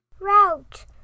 Route